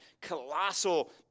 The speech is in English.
colossal